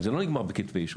זה לא נגמר בכתבי אישום.